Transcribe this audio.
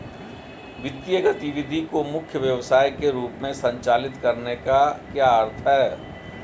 वित्तीय गतिविधि को मुख्य व्यवसाय के रूप में संचालित करने का क्या अर्थ है?